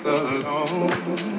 alone